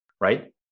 right